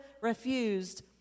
refused